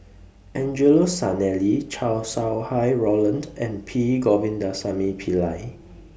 Angelo Sanelli Chow Sau Hai Roland and P Govindasamy Pillai